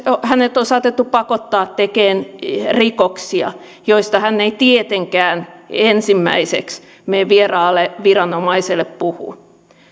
hänet on saatettu pakottaa tekemään rikoksia joista hän ei tietenkään ensimmäiseksi mene vieraalle viranomaiselle puhumaan